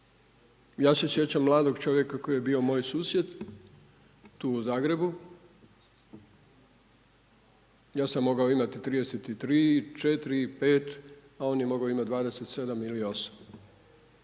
Ja se sjećam mladog čovjeka koji je bio moj susjed tu u Zagrebu, ja sam mogao imati 33, 4, 5, a on je mogao imati 27 ili 8.